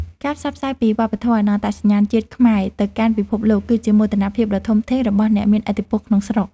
ការផ្សព្វផ្សាយពីវប្បធម៌ និងអត្តសញ្ញាណជាតិខ្មែរទៅកាន់ពិភពលោក គឺជាមោទនភាពដ៏ធំធេងរបស់អ្នកមានឥទ្ធិពលក្នុងស្រុក។